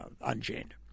unchained